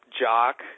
jock